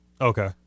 Okay